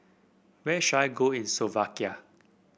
where should I go in Slovakia